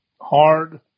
hard